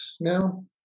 now